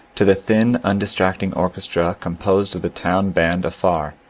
to the thin undistracting orchestra composed of the town band afar,